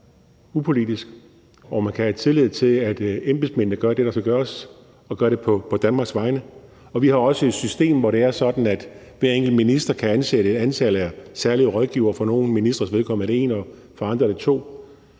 hvor man kan have tillid til, at embedsmændene gør det, der skal gøres, og gør det på Danmarks vegne. Vi har også et system, hvor det er sådan, at hver enkelt minister kan ansætte et antal særlige rådgivere; for nogle ministres vedkommende er det én, og for andres